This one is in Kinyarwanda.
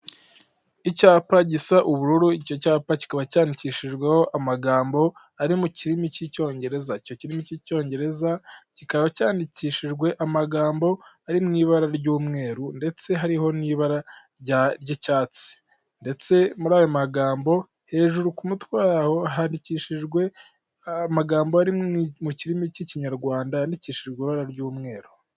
Icyapa gisa ubururu, icyo cyapa kikaba cyandikishijweho amagambo ari mu kirimi cy'icyongereza. Icyo kirimi cy'icyongereza kikaba cyandikishijwe amagambo ari mu ibara ry'umweru ndetse hariho n'ibara ry'icyatsi ndetse muri ayo magambo hejuru ku mutwe waho handikishijwe amagambo ari mu kirimi cy'ikinyarwanda, yandikishijwe ibara ry'umweru.